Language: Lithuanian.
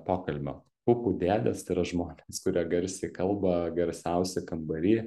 pokalbio pupų dėdės tai yra žmonės kurie garsiai kalba garsiausi kambary